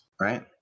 right